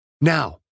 Now